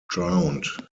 drowned